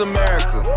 America